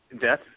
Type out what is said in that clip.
death